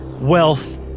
wealth